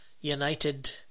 united